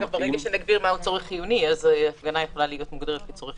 ברגע שנגדיר מהו צורך חיוני אז הפגנה יכולה להיות מוגדרת כצורך חיוני.